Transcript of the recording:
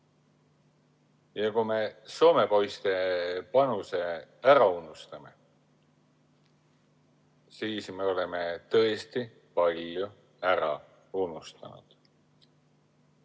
Ja kui me soomepoiste panuse ära unustame, siis me oleme tõesti palju ära unustanud.